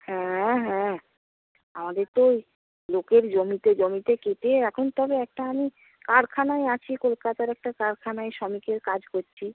হ্যাঁ হ্যাঁ আমাদের তো লোকের জমিতে জমিতে খেটে এখন তবে একটা আমি কারখানায় আছি কলকাতার একটা কারখানায় শ্রমিকের কাজ করছি